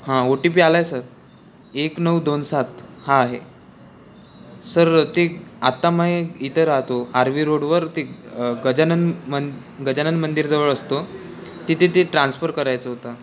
हां O T P आला आहे सर एक नऊ दोन सात हा आहे सर ते आत्ता मै इथे राहतो आर्वी रोडवर ते गजानन मं गजानन मंदिरजवळ असतो तिथे ते ट्रान्सफर करायचं होता